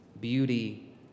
beauty